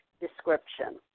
description